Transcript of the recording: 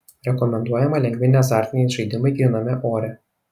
rekomenduojama lengvi neazartiniai žaidimai gryname ore